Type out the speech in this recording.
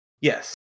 Yes